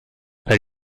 per